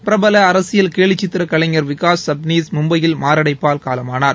பிரபல அரசியல் கேலிச்சித்திர கலைஞர் விகாஷ் சப்ளீஸ் மும்பையில் மாரடைப்பால் காலமானார்